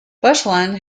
bushland